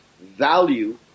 value